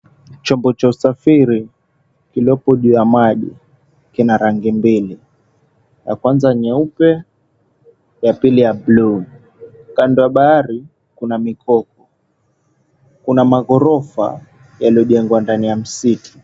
Chombo cha usafiri kiliopo juu ya maji kina rangi mbili, ya kwanza nyeupe, ya pili ya buluu. Kando ya bahari kuna mipopo. Kuna maghorofa yaliyojengwa ndani ya msitu.